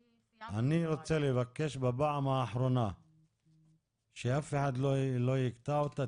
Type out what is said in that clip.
אני רוצה לבקש בפעם האחרונה שאף אחד לא יקטע אותה,